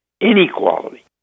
inequality